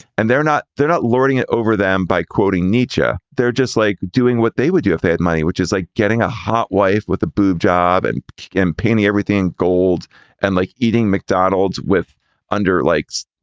and they're not they're not lording it over them by quoting nature. they're just like doing what they would do if they had money, which is like getting a hot wife with a boob job and campaigning everything gold and like eating mcdonalds with under likes,